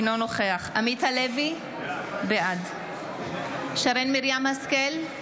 אינו נוכח עמית הלוי, בעד שרן מרים השכל,